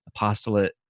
apostolate